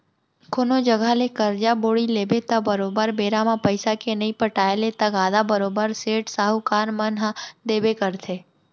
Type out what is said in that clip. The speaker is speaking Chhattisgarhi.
कोनो जघा ले करजा बोड़ी लेबे त बरोबर बेरा म पइसा के नइ पटाय ले तगादा बरोबर सेठ, साहूकार मन ह देबे करथे